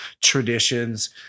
traditions